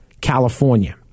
California